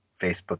Facebook